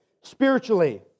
spiritually